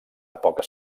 poques